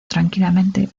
tranquilamente